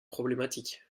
problématique